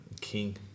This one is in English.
King